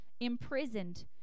imprisoned